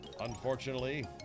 unfortunately